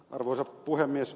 arvoisa puhemies